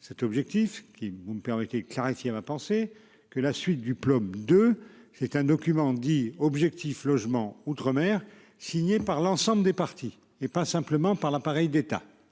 cet objectif qui vous me permettez de clarifier ma pensée, que la suite du club de c'est un document dit objectif logement outre- mer signé par l'ensemble des partis et pas simplement par l'appareil d'État.